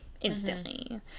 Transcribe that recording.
instantly